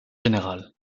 général